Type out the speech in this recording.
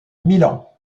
milan